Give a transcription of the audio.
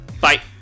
bye